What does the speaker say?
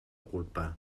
culpa